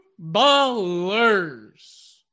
ballers